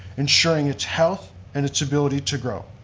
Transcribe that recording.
ensuring its health and its ability to grow.